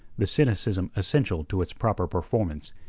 the cynicism essential to its proper performance,